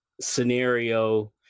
scenario